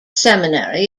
seminary